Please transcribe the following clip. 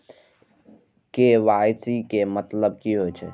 KYC के मतलब कि होई छै?